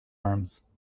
arms